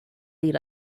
lead